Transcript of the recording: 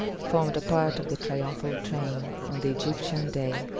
formed a part of the triumphal train on the egyptian day.